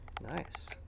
Nice